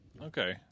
Okay